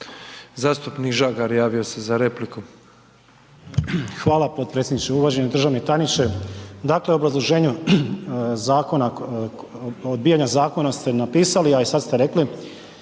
Zastupnik Saša Đujić javio se za repliku.